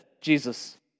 Jesus